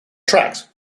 tracks